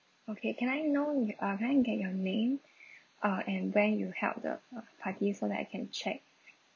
okay can I know uh can I get your name uh and when you held the uh party so that I can check